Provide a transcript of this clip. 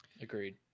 Agreed